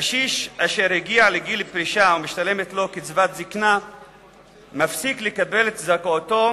קשיש אשר הגיע לגיל פרישה ומשתלמת לו קצבת זיקנה מפסיק לקבל את זכאותו,